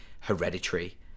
hereditary